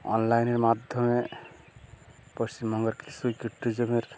অনলাইনের মাধ্যমে পশ্চিমবঙ্গের কিছু ইকোট্যুরিজমের